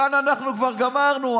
כאן אנחנו כבר גמרנו,